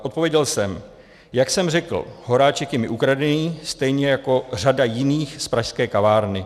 Odpověděl jsem: Jak jsem řekl, Horáček je mi ukradený, stejně jako řada jiných z pražské kavárny.